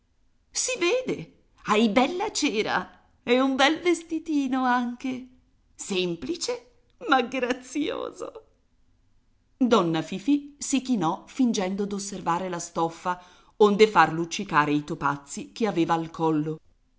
si vede hai bella cera e un bel vestitino anche semplice ma grazioso donna fifì si chinò fingendo d'osservare la stoffa onde far luccicare i topazii che aveva al collo